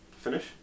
Finish